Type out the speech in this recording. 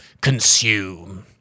consume